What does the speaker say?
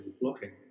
blocking